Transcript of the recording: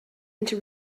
into